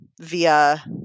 via